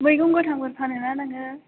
मैगं गोथांफोर फानो ना नोङो